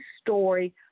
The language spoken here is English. story